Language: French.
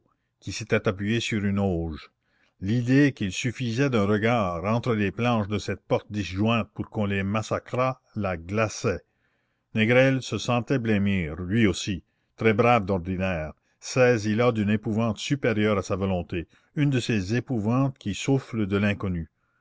qui s'était appuyée sur une auge l'idée qu'il suffisait d'un regard entre les planches de cette porte disjointe pour qu'on les massacrât la glaçait négrel se sentait blêmir lui aussi très brave d'ordinaire saisi là d'une épouvante supérieure à sa volonté une de ces épouvantes qui soufflent de l'inconnu